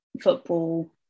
football